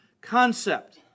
concept